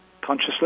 consciously